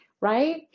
right